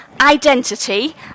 identity